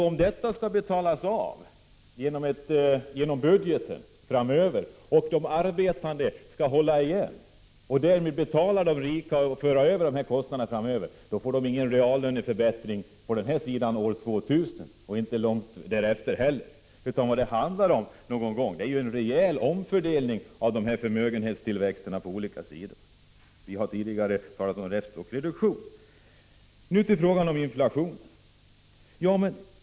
Om detta skall betalas av genom budgeten framöver och om de arbetande skall hålla igen och därmed betala de rika så att kostnaderna förs över, då får de arbetande inga reallöneförbättringar på den här sidan år 2000 och inte heller därefter. Vad det handlar om är en rejäl omfördelning av förmögenhetstillväxterna. Vi har tidigare talat om rest och reduktion. Nu till frågan om inflationen.